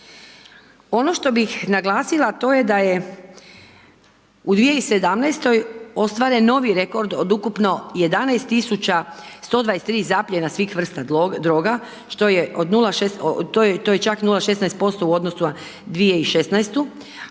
Ono što bi naglasila a to je da je u 2017. ostvaren novi rekord od ukupno 11 tisuća 123 zapiljena svih vrsta droga, što je od, to je čak 0,16% u odnosu na 2016.